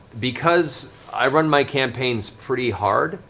because i run my campaigns pretty hard,